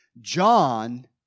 John